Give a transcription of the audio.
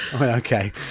okay